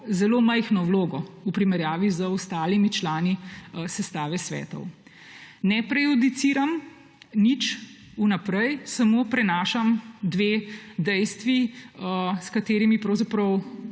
zelo majhno vlogo v primerjavi z ostalimi člani sestave svetov. Ne prejudiciram nič vnaprej, samo prenašam dve dejstvi, s katerimi bomo